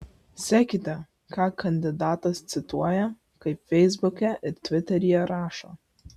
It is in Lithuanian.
sekite ką kandidatas cituoja kaip feisbuke ir tviteryje rašo